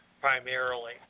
primarily